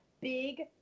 big